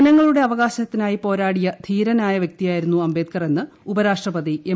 ജനങ്ങളുടെ അവകാശത്തിനായി പോരാടിയ ധീരനായ വ്യക്തിയായിരുന്നു അംബേദ്കർ എന്ന് ഉപരാഷ്ട്രപതി എം